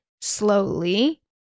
slowly